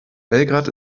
belgrad